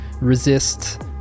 resist